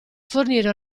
fornire